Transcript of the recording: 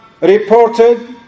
reported